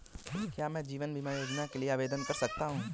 क्या मैं जीवन बीमा योजना के लिए आवेदन कर सकता हूँ?